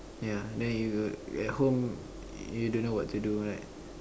ya then you at home you don't know what to do right